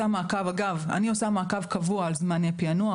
אגב, אני עושה מעקב קבוע על זמני פענוח.